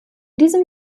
diesem